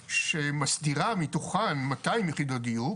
שמסתירה מתוכן מאתיים יחידות דיור.